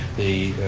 the